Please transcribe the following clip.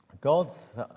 God's